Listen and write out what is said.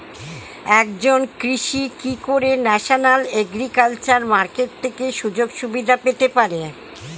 একজন কৃষক কি করে ন্যাশনাল এগ্রিকালচার মার্কেট থেকে সুযোগ সুবিধা পেতে পারে?